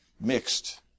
mixed